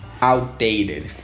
outdated